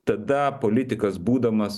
tada politikas būdamas